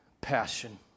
Passion